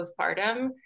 postpartum